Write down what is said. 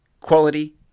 Quality